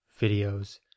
videos